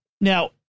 Now